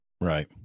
right